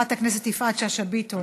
חברת הכנסת יפעת שאשא ביטון.